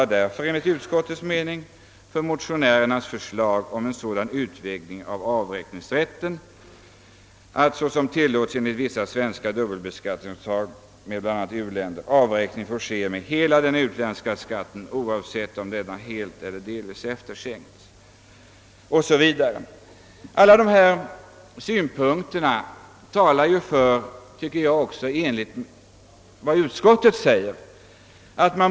I anslutning härtill föreslås ändring av bestämmelserna om De nya bestämmelserna är avsedda att träda i kraft den 1 januari 1967 och bli tillämpliga på inkomster tillgängliga för lyftning denna dag eller senare.